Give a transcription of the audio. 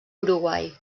uruguai